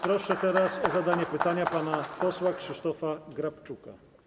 Proszę teraz o zadanie pytania pana posła Krzysztofa Grabczuka.